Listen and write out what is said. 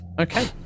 okay